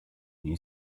new